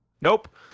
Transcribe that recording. Nope